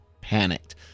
panicked